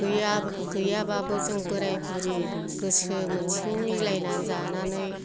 गैया गैयाबाबो जों बोराय बुरि गोसो मोनसेनि मिलायनानै जानानै